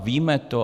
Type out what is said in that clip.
Víme to?